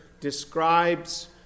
describes